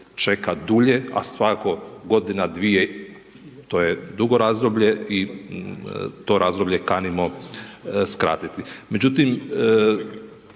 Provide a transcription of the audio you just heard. čeka dulje, a svako godina, dvije to je dugo razdoblje i to razdoblje kanimo skratiti.